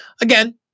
again